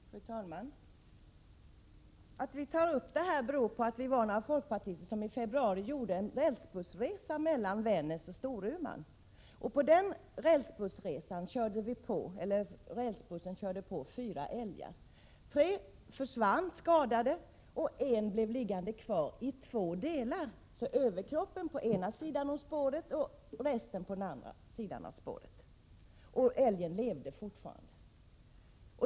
Fru talman! Att vi tar upp detta med avlivande av djur som har påkörts av tåg beror på att vi var några folkpartister som i februari gjorde en resa med rälsbuss mellan Vännäs och Storuman. Under den resan körde rälsbussen på fyra älgar. Tre försvann, skadade. En blev liggande kvar i två delar. Överkroppen låg på ena sidan om spåret, och resten låg på den andra sidan. Älgen levde fortfarande.